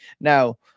Now